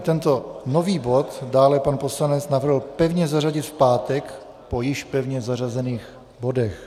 Tento nový bod dále pan poslanec navrhl pevně zařadit v pátek po již pevně zařazených bodech.